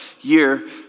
year